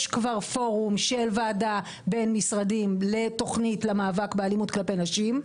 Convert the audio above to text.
יש כבר פורום של ועדה בין משרדים לתוכנית למאבק כלפי נשים.